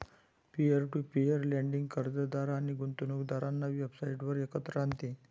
peer to peer lending कर्जदार आणि गुंतवणूकदारांना वेबसाइटवर एकत्र आणते